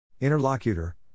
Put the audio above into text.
Interlocutor